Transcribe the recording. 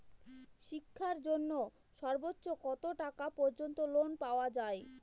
শিক্ষার জন্য সর্বোচ্চ কত টাকা পর্যন্ত লোন পাওয়া য়ায়?